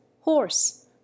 horse